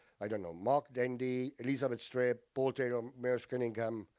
i don't know, mark dendy, elizabeth streb, porter, um merce cunningham,